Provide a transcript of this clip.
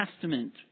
Testament